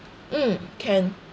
mm can